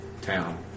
town